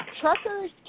Truckers